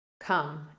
come